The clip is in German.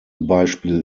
beispiel